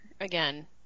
again